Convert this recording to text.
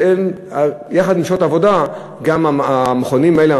בשעות העבודה גם המכונים האלה,